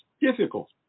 difficult